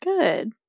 Good